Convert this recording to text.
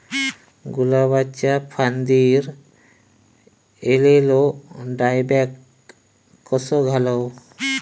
गुलाबाच्या फांदिर एलेलो डायबॅक कसो घालवं?